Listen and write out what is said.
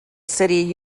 city